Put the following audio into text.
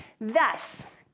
Thus